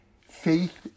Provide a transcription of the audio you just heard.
Faith